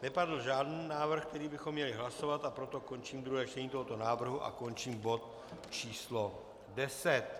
Nepadl žádný návrh, který bychom měli hlasovat, a proto končím druhé čtení tohoto návrhu a končím bod číslo 10.